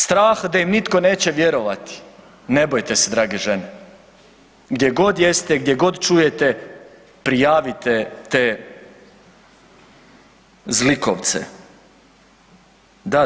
Strah da im nitko neće vjerovati, ne bojte se drage žene, gdje god jeste, gdje god čujete prijavite te zlikovce.